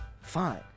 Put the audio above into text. Fine